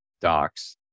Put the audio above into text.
docs